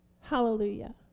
Hallelujah